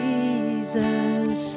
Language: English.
Jesus